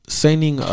signing